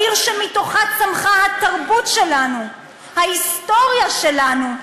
העיר שמתוכה צמחו התרבות שלנו, ההיסטוריה שלנו,